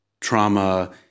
trauma